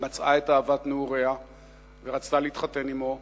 היא מצאה את אהבת נעוריה ורצתה להתחתן עמו,